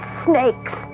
snakes